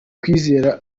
kwizera